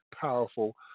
powerful